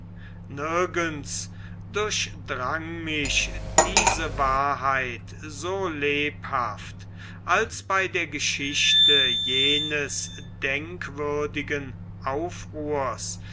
nirgends durchdrang mich diese wahrheit so lebhaft als bei der geschichte jenes denkwürdigen aufruhrs